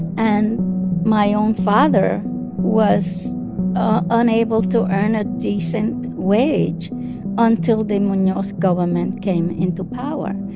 and my own father was unable to earn a decent wage until the munoz government came into power.